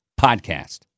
Podcast